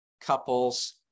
couples